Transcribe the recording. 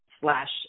slash